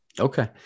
Okay